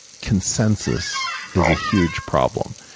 consensus is a huge problem.